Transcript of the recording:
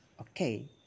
Okay